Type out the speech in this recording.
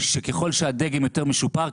שככל שהדגם יותר משופר,